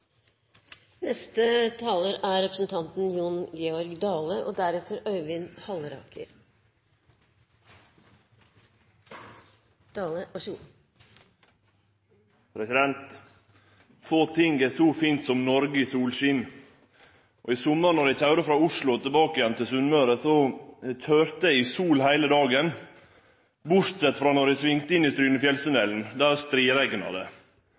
Få ting er så fint som Noreg i solskin. I sommar då eg kjørte frå Oslo og tilbake igjen til Sunnmøre, kjørte eg i sol heile dagen bortsett frå då eg svinga inn i Strynefjellstunnelen, der striregna det.